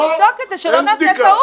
רק לבדוק את זה, שלא נעשה טעות.